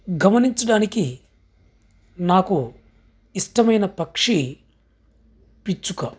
గమనించడానికి నాకు ఇష్టమైన పక్షి పిచ్చుక